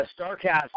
StarCast